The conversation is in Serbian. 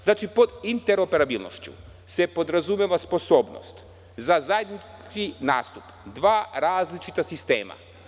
Znači, pod interoperabilnošću se podrazumeva sposobnost za zajednički nastup dva različita sistema.